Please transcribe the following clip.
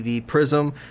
Prism